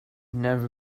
never